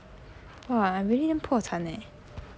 !wah! I'm really damn 破产 eh